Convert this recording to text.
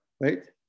right